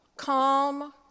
calm